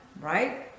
Right